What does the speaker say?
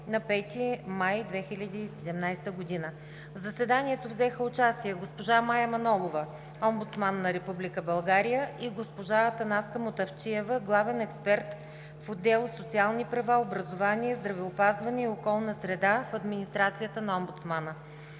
на 5 май 2017 г. В заседанието взеха участие: госпожа Мая Манолова, омбудсман на Република България, и госпожа Атанаска Мутафчиева, главен експерт в отдел „Социални права, образование, здравеопазване и околна среда“ в администрацията на омбудсмана.